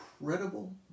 incredible